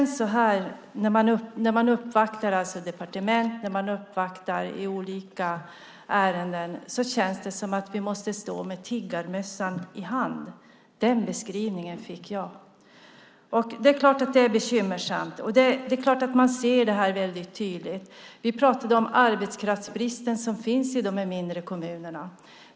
När vi uppvaktar departementen i olika ärenden känns det som att vi måste stå med tiggarmössan i hand. Den beskrivningen fick jag. Det är klart att det är bekymmersamt. Vi pratade också om arbetskraftsbristen som finns i de mindre kommunerna.